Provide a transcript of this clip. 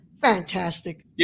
Fantastic